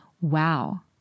wow